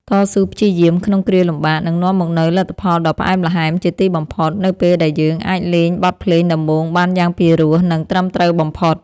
តស៊ូព្យាយាមក្នុងគ្រាលំបាកនឹងនាំមកនូវលទ្ធផលដ៏ផ្អែមល្ហែមជាទីបំផុតនៅពេលដែលយើងអាចលេងបទភ្លេងដំបូងបានយ៉ាងពីរោះ និងត្រឹមត្រូវបំផុត។